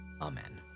Amen